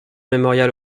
mémorial